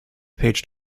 page